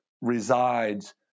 resides